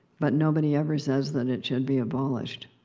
but nobody ever says that it should be abolished.